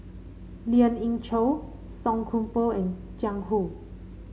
Lien Ying Chow Song Koon Poh and Jiang Hu